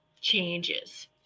changes